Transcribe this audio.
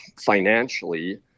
financially